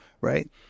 Right